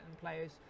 players